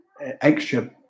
extra